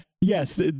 Yes